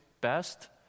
best